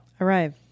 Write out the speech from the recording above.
arrive